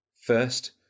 First